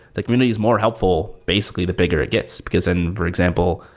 the community is more helpful basically the bigger it gets, because, and for example,